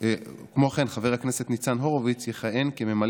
חבר הכנסת ניצן הורוביץ יכהן כממלא